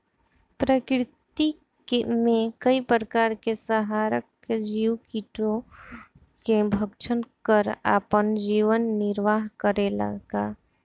प्रकृति मे कई प्रकार के संहारक जीव कीटो के भक्षन कर आपन जीवन निरवाह करेला का?